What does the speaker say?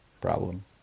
problem